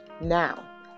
Now